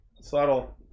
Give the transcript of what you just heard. Subtle